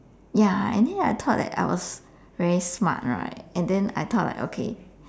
ya and then I thought that I was very smart right and then I thought like okay